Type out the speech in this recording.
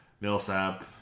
Millsap